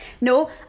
No